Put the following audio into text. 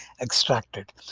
extracted